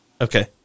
Okay